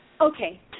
Okay